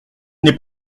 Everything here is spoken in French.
n’est